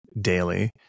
daily